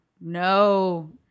No